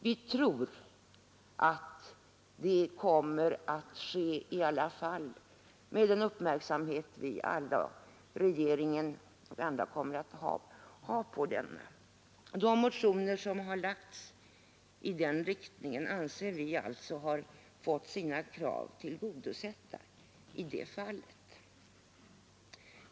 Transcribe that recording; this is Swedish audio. Vi tror att det ändå kommer att ske med den uppmärksamhet vi alla kommer att ägna lagen. De motioner som lagts i den riktningen anser vi har fått sina krav tillgodosedda.